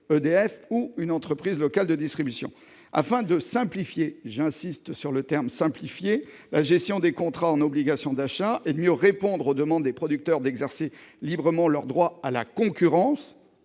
ou une entreprise locale de distribution. Mes chers collègues, afin de simplifier- j'insiste sur ce terme -la gestion des contrats d'obligation d'achat, et de mieux répondre aux demandes des producteurs d'exercer librement leur droit à la concurrence-